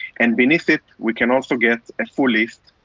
and beneath it, we can also get a full list